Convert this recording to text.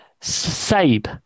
Sabe